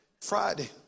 Friday